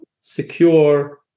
secure